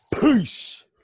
Peace